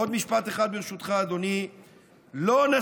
עוד משפט אחד, ברשותך, אדוני.